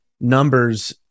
numbers